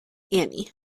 annie